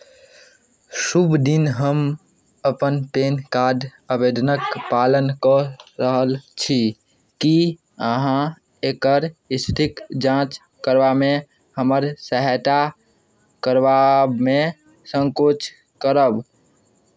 शुभ दिन हम अपन पेन कार्ड आवेदनक पालन कऽ रहल छी की अहाँ एकर स्थितिक जाँच करबामे हमर सहायता करबामे संकोच करब